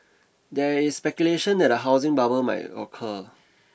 there is speculation that a housing bubble may occur